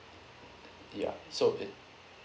ya so it